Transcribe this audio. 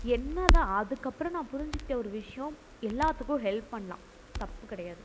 என்ன தான் அதுக்கப்புறம் நான் புரிஞ்சுக்கிட்ட ஒரு விஷயம் எல்லோத்துக்கும் ஹெல்ப் பண்ணலாம் தப்பு கிடையாது